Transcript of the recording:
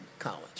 college